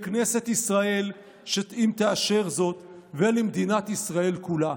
לכנסת ישראל, אם תאשר זאת, ולמדינת ישראל כולה.